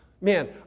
Man